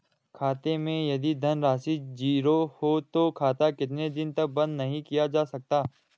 खाते मैं यदि धन राशि ज़ीरो है तो खाता कितने दिन तक बंद नहीं किया जा सकता?